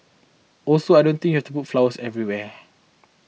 also I don't think you have to put flowers everywhere